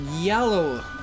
yellow